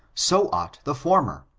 so ought the former.